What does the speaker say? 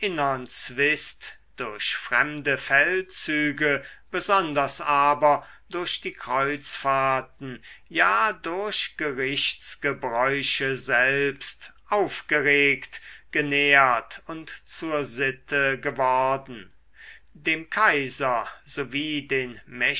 durch fremde feldzüge besonders aber durch die kreuzfahrten ja durch gerichtsgebräuche selbst aufgeregt genährt und zur sitte geworden dem kaiser sowie den